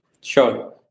Sure